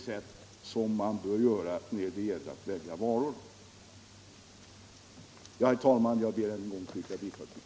Herr talman! Jag ber än en gång att få yrka bifall till utskottets hemställan.